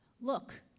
look